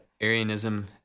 Arianism